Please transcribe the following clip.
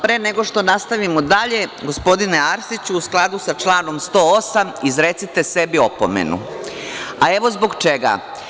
Pre nego što nastavimo dalje, gospodine Arsiću, u skladu sa članom 108. izrecite sebi opomenu, a evo zbog čega.